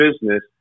business